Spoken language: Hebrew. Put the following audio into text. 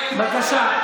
בבקשה,